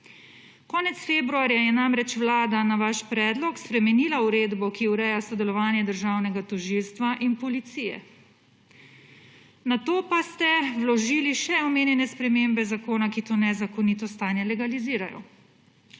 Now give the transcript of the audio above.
Konec februarja je namreč vlada na vaš predlog spremenila uredbo, ki ureja sodelovanje državnega tožilstva in policije. Nato pa ste vložili še omenjene spremembe zakona, ki to nezakonito stanje legalizirajo.